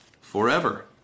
forever